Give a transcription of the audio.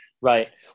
Right